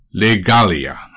Legalia